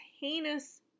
heinous